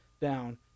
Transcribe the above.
down